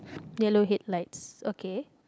yellow headlights okay